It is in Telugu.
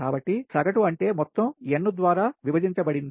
కాబట్టి సగటు అంటే మొత్తం n ద్వారా విభజించబడింది